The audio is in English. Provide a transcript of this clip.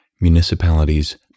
municipalities